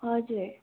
हजुर